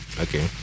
Okay